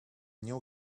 new